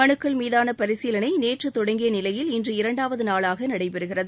மனுக்கள் மீதான பரிசீலனை நேற்று தொடங்கிய நிலையில் இன்று இரண்டாவது நாளாக நடைபெறுகிறது